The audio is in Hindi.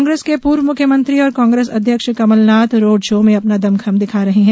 कांग्रेस के पूर्व मुख्यमंत्री और कांग्रेस अध्यक्ष कमलनाथ रोड शो में दमखम दिखा रहे हैं